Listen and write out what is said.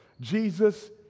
jesus